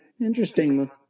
interesting